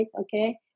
okay